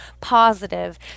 positive